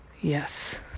Yes